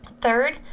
Third